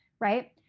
right